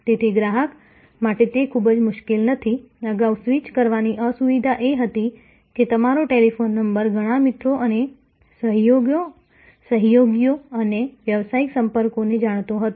તેથી ગ્રાહક માટે તે ખૂબ મુશ્કેલ નથી અગાઉ સ્વિચ કરવાની અસુવિધા એ હતી કે તમારો ટેલિફોન નંબર ઘણા મિત્રો અને સહયોગીઓ અને વ્યવસાયિક સંપર્કોને જાણતો હતો